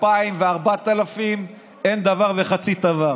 2000 ו-4000 אין דבר וחצי דבר.